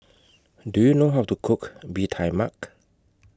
Do YOU know How to Cook Bee Tai Mak